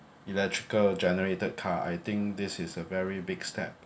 electrical generated car I think this is a very big step